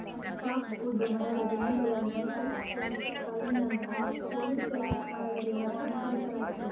soft wood ಮರದ ದಿಮ್ಮಿಗಳನ್ನು cypress, ಪೈನಿನಂತಹ ಕೋನಿಫೆರಸ್ ಮರಗಳಿಂದ ಸಂಸ್ಕರಿಸಲಾಗುತ್ತದೆ